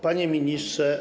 Panie Ministrze!